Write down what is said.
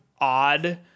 odd